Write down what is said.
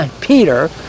Peter